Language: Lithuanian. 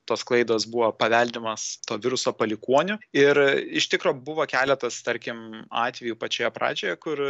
tos klaidos buvo paveldimas to viruso palikuonių ir iš tikro buvo keletas tarkim atvejų pačioje pradžioje kur